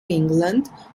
england